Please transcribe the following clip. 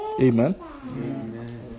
Amen